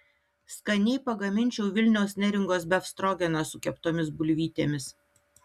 skaniai pagaminčiau vilniaus neringos befstrogeną su keptomis bulvytėmis